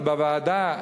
בוועדה,